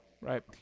Right